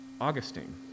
Augustine